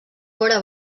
vora